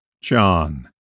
John